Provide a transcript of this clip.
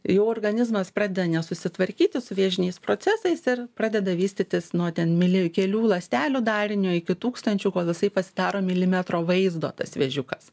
jau organizmas pradeda nesusitvarkyti su vėžiniais procesais ir pradeda vystytis nuo ten mili kelių ląstelių darinio iki tūkstančių kol jisai pasidaro milimetro vaizdo tas vėžiukas